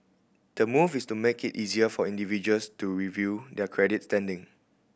the move is to make it easier for individuals to review their credit standing